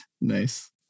nice